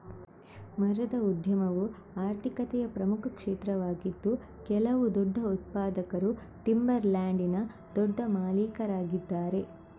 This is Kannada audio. ಮರದ ಉದ್ಯಮವು ಆರ್ಥಿಕತೆಯ ಪ್ರಮುಖ ಕ್ಷೇತ್ರವಾಗಿದ್ದು ಕೆಲವು ದೊಡ್ಡ ಉತ್ಪಾದಕರು ಟಿಂಬರ್ ಲ್ಯಾಂಡಿನ ದೊಡ್ಡ ಮಾಲೀಕರಾಗಿದ್ದಾರೆ